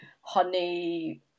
honey